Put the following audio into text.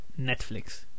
Netflix